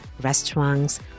restaurants